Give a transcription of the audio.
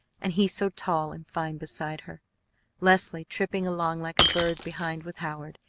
and he so tall and fine beside her leslie tripping along like a bird behind with howard,